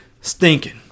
stinking